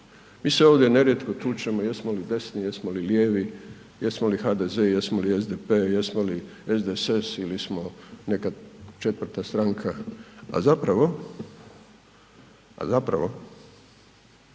Mi se ovdje nerijetko tučemo jesmo li desni, jesmo li lijevi, jesmo li HDZ, jesmo li SDP, jesmo li SDSS ili smo neka 4. stranka, a zapravo, ne viđamo